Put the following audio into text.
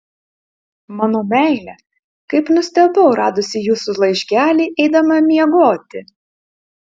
mano meile kaip nustebau radusi jūsų laiškelį eidama miegoti